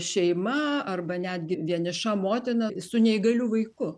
šeima arba netgi vieniša motina su neįgaliu vaiku